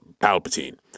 Palpatine